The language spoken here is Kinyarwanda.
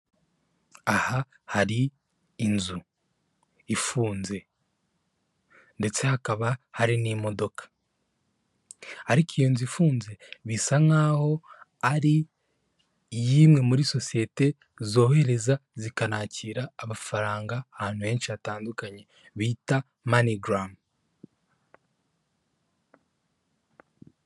Aha hari inzu ifunze ndetse hakaba hari n'imodoka ariko iyo nzu ifunze bisa nk'aho ari iy'imwe muri sosiyete zohereza zikanakira amafaranga ahantu henshi hatandukanye bita MoneyGram.